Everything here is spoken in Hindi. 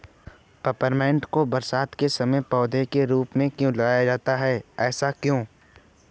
पेपरमिंट को बरसात के समय पौधे के रूप में लगाया जाता है ऐसा क्यो?